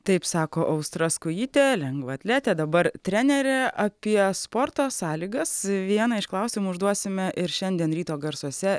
taip sako austra skujytė lengvaatletė dabar trenerė apie sporto sąlygas vieną iš klausimų užduosime ir šiandien ryto garsuose